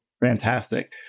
Fantastic